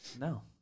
No